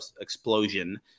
explosion